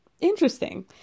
interesting